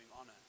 honor